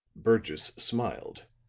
burgess smiled.